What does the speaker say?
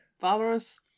Valorous